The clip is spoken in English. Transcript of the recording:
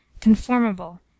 CONFORMABLE